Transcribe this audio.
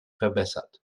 verbessert